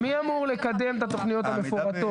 מי אמור לקדם את התכניות המפורטות?